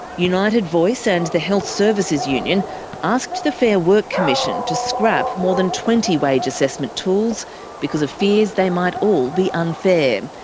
united voice and the health services union asked the fair work commission to scrap more than twenty wage assessment tools because of fears they might all be unfair.